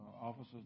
officers